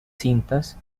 cintas